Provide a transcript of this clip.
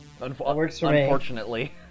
unfortunately